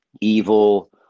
evil